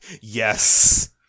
Yes